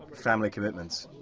family commitments!